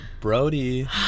brody